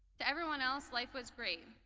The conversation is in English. to everyone else, life was great,